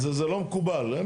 זה לא מקובל.